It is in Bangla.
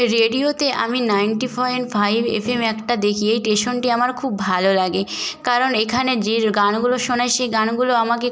রেডিওতে আমি নাইন্টি পয়েন্ট ফাইভ এফএম একটা দেখি এই স্টেশনটি আমার খুব ভালো লাগে কারণ এখানে যের গানগুলো শোনায় সে গানগুলো আমাকে